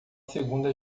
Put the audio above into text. segunda